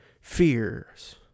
fears